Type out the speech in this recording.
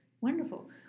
wonderful